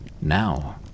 Now